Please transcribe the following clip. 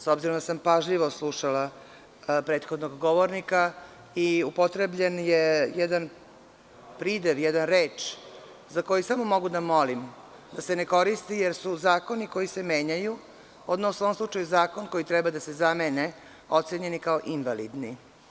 S obzirom da sam pažljivo slušala prethodnog govornika, upotrebljen je jedan pridev, jedna reč za koju samo mogu da molim da se ne koristi, jer su zakoni koji se menjaju, odnosno u ovom slučaju zakoni koji treba da se zamene, ocenjeni kao invalidni.